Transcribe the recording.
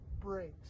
breaks